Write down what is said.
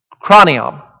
Cranium